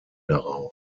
daraus